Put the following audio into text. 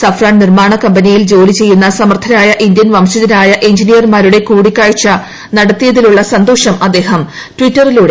Safran നിർമ്മാണ കമ്പനിയിൽ ജോലി ചെയ്യുന്ന സമർത്ഥരായ ഇന്ത്യൻ വംശജരായ എഞ്ചിനീയർമാരുമായി കൂടിക്കാഴ്ച നടത്തിയതിലുള്ള സന്തോഷം അദ്ദേഹം ട്വീറ്റിലൂടെ പങ്കുവച്ചു